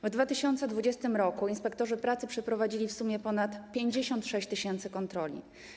W 2020 r. inspektorzy pracy przeprowadzili w sumie ponad 56 tys. kontroli.